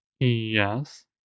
Yes